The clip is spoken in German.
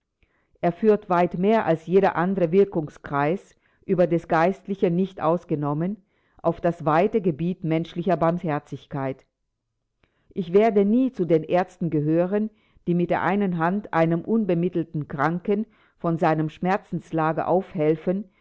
er führt weit mehr als jeder andere wirkungskreis der des geistlichen nicht ausgenommen auf das weite gebiet menschlicher barmherzigkeit ich werde nie zu den aerzten gehören die mit der einen hand einem unbemittelten kranken von seinem schmerzenslager aufhelfen